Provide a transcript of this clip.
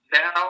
Now